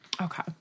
Okay